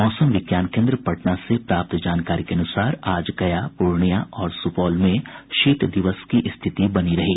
मौसम विज्ञान केन्द्र पटना से प्राप्त जानकारी के अनुसार आज गया पूर्णिया और सुपौल में शीत दिवस की रिथति बनी रही